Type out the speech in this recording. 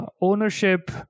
Ownership